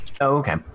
okay